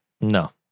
No